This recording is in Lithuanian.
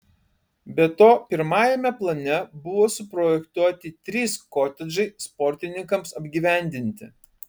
be to pirmajame plane buvo suprojektuoti trys kotedžai sportininkams apgyvendinti